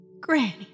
Granny